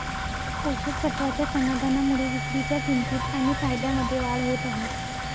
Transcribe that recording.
पोषक तत्वाच्या समाधानामुळे विक्रीच्या किंमतीत आणि फायद्यामध्ये वाढ होत आहे